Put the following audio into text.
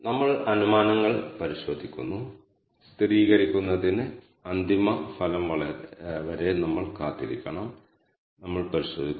നിങ്ങൾ നോക്കുകയാണെങ്കിൽ ഇതിൽ 3 ഘടകങ്ങൾ അടങ്ങിയിരിക്കുന്നു